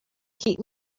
keep